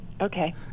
Okay